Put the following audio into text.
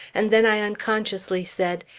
and then i unconsciously said,